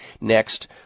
Next